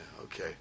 okay